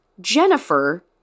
Jennifer